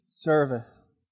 service